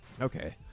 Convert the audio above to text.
Okay